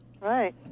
Right